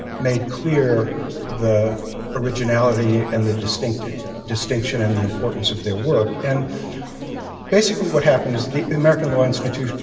made clear the originality and the distinction distinction and the importance of their work. and basically, what happened is the american law institute,